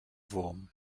wurm